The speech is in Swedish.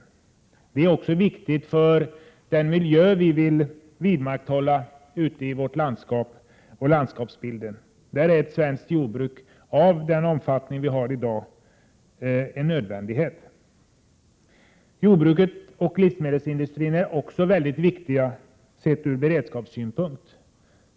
Detta är också viktigt för den miljö som vi vill vidmakthålla och för landskapsbilden. Där är ett svenskt jordbruk av den omfattning som vi har i dag en nödvändighet. Jordbruket och livsmedelsindustrin är också mycket viktiga sett ur beredskapssynpunkt.